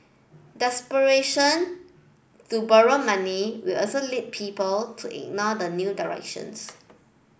desperation to borrow money will also lead people to ignore the new directions